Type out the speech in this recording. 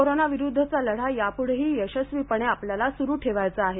कोरोनाविरुद्धचा लढा यापुढेही यशस्वीपणे आपल्याला सुरु ठेवायचा आहे